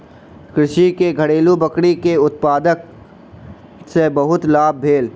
कृषक के घरेलु बकरी के उत्पाद सॅ बहुत लाभ भेल